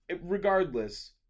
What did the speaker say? Regardless